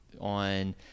on